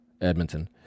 Edmonton